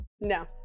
No